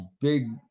big